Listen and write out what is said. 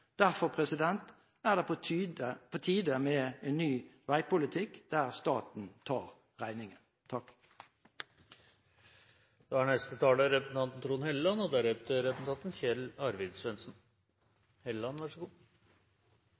Derfor er det på tide med en ny veipolitikk, der staten tar regningen. Da har representanten Sortevik tatt opp det forslaget han refererte. Dette er